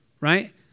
right